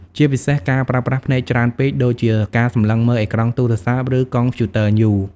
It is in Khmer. ជាពិសេស ការប្រើប្រាស់ភ្នែកច្រើនពេក ដូចជាការសម្លឹងមើលអេក្រង់ទូរស័ព្ទ ឬកុំព្យូទ័រយូរ។